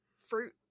fruit